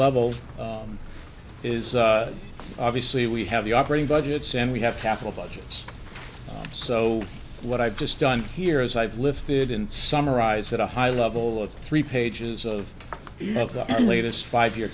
level is obviously we have the operating budgets and we have capital budgets so what i've just done here is i've listed in summarize it a high level of three pages of the latest five year